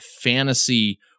fantasy